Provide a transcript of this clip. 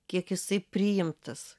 kiek jisai priimtas